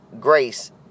grace